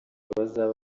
bazaba